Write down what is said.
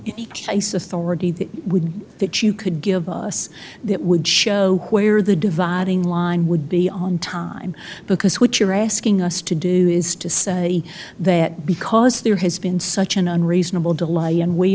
already that would that you could give us that would show where the dividing line would be on time because what you're asking us to do is to say that because there has been such an unreasonable delay and we